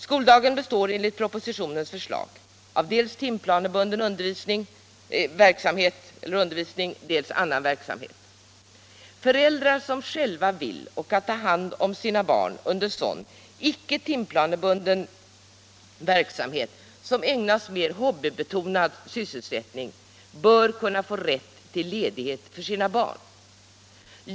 Skoldagen består enligt propositionens förslag av dels timplanebunden verksamhet, dels annan verksamhet. Föräldrar som själva vill och kan ta hand om sina barn under sådan icke timplanebunden tid som ägnas mer hobbybetonad verksamhet bör kunna få rätt till ledighet för sina barn.